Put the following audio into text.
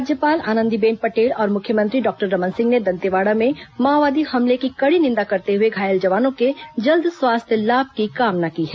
राज्यपाल आनंदीबेन पटेल और मुख्यमंत्री डॉक्टर रमन सिंह ने दंतेवाड़ा में माओवादी हमले की कड़ी निंदा करते हुए घायल जवानों के जल्द स्वास्थ्य लाभ की कामना की है